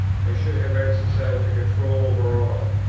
i should have exercised a control over all.